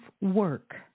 work